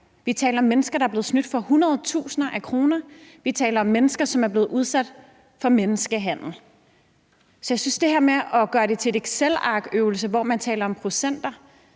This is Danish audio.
Vi taler om mennesker, der er blevet snydt for hundredtusinder af kroner; vi taler om mennesker, som er blevet udsat for menneskehandel. Man gør det til en excelarkøvelse, hvor man taler om procenter,